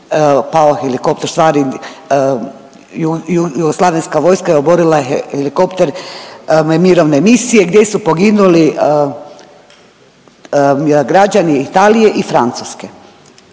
pao helikopter, u stvari jugoslavenska vojska je oborila helikopter mirovne misije gdje su poginuli građani Italije i Francuske.